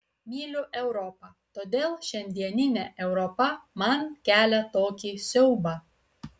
myliu europą todėl šiandieninė europa man kelia tokį siaubą